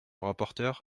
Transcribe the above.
rapporteur